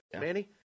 Manny